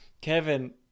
Kevin